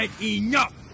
Enough